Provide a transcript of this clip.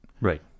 Right